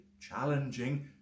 challenging